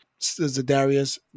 Zadarius